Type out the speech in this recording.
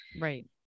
right